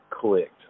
clicked